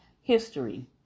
History